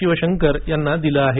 शिवशंकर यांना दिलं आहे